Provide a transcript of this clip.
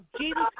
Jesus